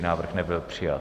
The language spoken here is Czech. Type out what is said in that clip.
Návrh nebyl přijat.